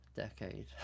Decade